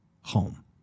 home